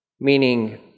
meaning